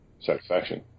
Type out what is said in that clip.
satisfaction